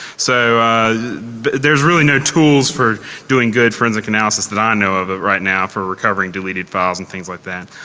so there's really no tools for doing good forensic analysis that i know of right now for recovering deleted files and things like that.